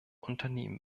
unternehmen